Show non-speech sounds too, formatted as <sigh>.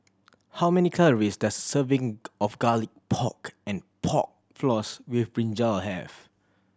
how many calories does serving <unintelligible> of Garlic Pork and Pork Floss with brinjal have